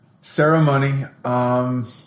ceremony